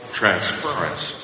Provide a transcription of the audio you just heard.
transference